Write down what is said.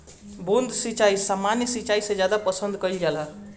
बूंद सिंचाई सामान्य सिंचाई से ज्यादा पसंद कईल जाला